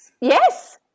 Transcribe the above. Yes